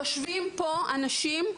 יושבים פה אנשים,